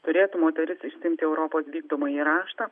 turėtų moteris išsiimti europos vykdomąjį raštą